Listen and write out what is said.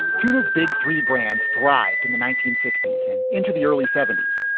tunas big three brands thrived in the nineteen sixty s and into the early seventy s,